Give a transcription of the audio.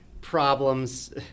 problems